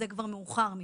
זה כבר מאוחר מידי.